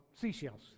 seashells